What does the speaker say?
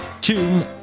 tune